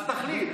אז תחליט,